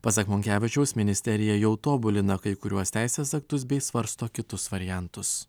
pasak monkevičiaus ministerija jau tobulina kai kuriuos teisės aktus bei svarsto kitus variantus